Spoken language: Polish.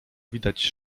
widać